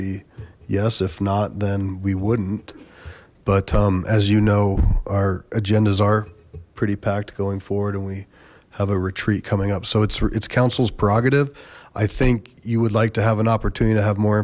be yes if not then we wouldn't but um as you know our agendas are pretty packed going forward and we have a retreat coming up so it's it's councils prerogative i think you would like to have an opportunity to have more